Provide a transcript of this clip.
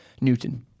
Newton